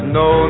no